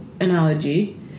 analogy